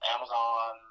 Amazon